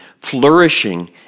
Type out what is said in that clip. flourishing